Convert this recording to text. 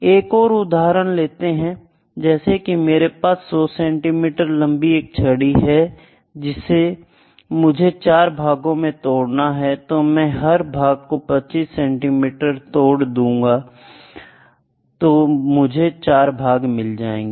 एक और उदाहरण लेते हैं जैसे मेरे पास 100 सेंटीमीटर लंबी एक छड़ी है जिसे मुझे 4 भागों में तोड़ना है तो मैं हर भाग को 25 सेंटीमीटर तोड़ दूं तो मुझे 4 भाग मिल जाएंगे